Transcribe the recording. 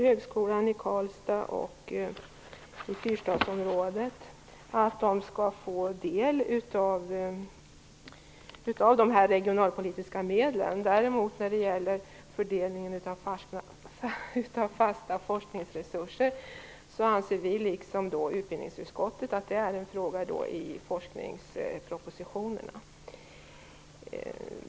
Högskolorna i Karlstad och i Fyrstadsområdet bör få del av de regionalpolitiska medlen. När det däremot gäller fördelningen av fasta forskningsresurser anser vi, liksom utbildningsutskottet, att detta är en fråga som bör tas upp i forskningspropositionerna.